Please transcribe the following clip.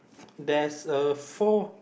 there's a four